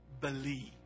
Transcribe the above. Believe